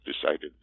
decided